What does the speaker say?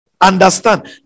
understand